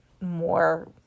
more